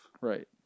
right